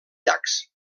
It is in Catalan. llacs